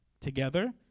together